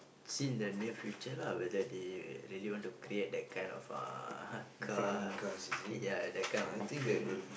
see the near future lah whether they really want to create that kind of uh car ya that kind of vehicle